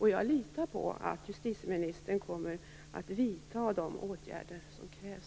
Jag litar på att justitieministern kommer att vidta de åtgärder som krävs.